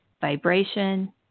vibration